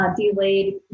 delayed